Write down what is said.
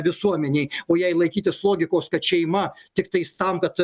visuomenėj o jei laikytis logikos kad šeima tiktais tam kad